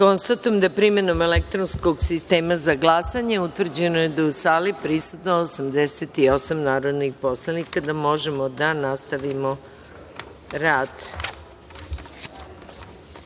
da je, primenom elektronskog sistema za glasanje, utvrđeno da je u sali prisutno 88 narodna poslanika da možemo da nastavimo